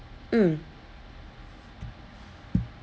mm